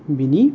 बिनि